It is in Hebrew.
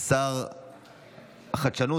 27,